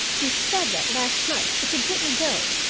you said that last night, but you didn't go.